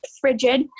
frigid